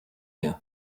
you